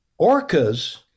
orcas